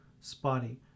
spotty